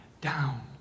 down